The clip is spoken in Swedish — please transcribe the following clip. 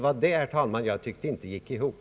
Jag tyckte inte att det gick ihop.